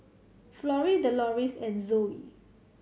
Florie Deloris and Zoey